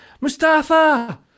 Mustafa